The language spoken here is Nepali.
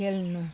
खेल्नु